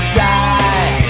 die